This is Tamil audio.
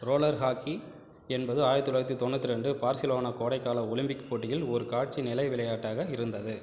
ரோலர் ஹாக்கி என்பது ஆயிரத்து தொள்ளாயிரத்து தொண்ணூத்தி ரெண்டு பார்சிலோனா கோடைக்கால ஒலிம்பிக் போட்டிகளில் ஒரு காட்சி நிலை விளையாட்டாக இருந்தது